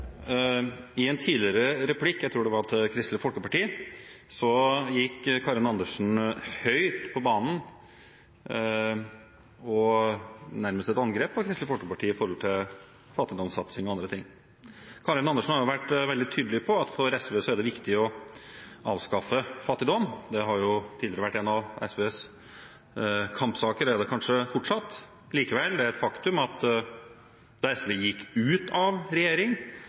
I en tidligere replikk – jeg tror det var til Kristelig Folkeparti – gikk Karin Andersen høyt på banen og nærmest til angrep på Kristelig Folkeparti med hensyn til fattigdomssatsing og andre ting. Karin Andersen har jo vært veldig tydelig på at for SV er det viktig å avskaffe fattigdom. Det har jo tidligere vært en av SVs kampsaker og er det kanskje fortsatt. Likevel er det et faktum at da SV gikk ut av regjering,